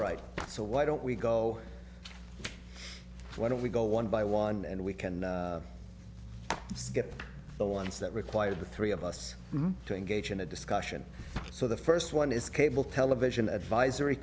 right so why don't we go why don't we go one by one and we can get the ones that require the three of us to engage in a discussion so the first one is cable television advisory